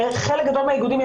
בחלק גדול מהאיגודים,